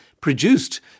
produced